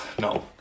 No